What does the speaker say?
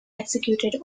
executed